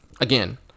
Again